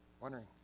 Wondering